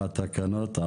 הצבעה התקנות אושרו.